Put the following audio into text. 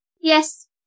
yes